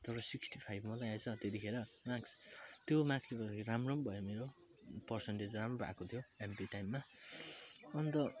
तर sixty five मात्रै आएछ त्यतिखेर मार्क्स त्यो मार्क्सले गर्दाखेरि राम्रो नि भयो पर्सेन्टेज राम्रो आएको थियो एमपी टाइममा अनि त